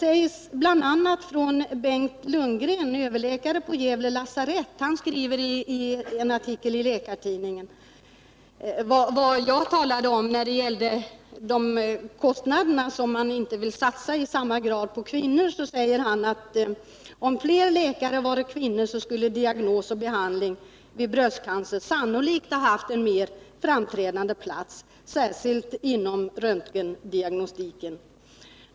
Jag talade också om att man inte var så benägen att satsa pengar på kvinnor. Om detta skriver Bengt Lundgren, överläkare på Gävle lasarett, i en artikel i Läkartidningen: Om fler läkare varit kvinnor skulle diagnos och behandling av bröstcancer sannolikt ha haft en mer framträdande plats, särskilt inom röntgendiagnostiken.